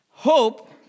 Hope